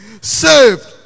saved